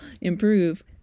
improve